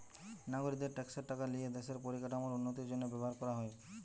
নাগরিকদের ট্যাক্সের টাকা লিয়ে দেশের পরিকাঠামোর উন্নতির জন্য ব্যবহার করা হয়